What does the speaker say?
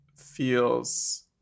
feels